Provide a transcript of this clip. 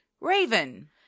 Raven